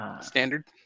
standard